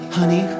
Honey